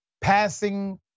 passing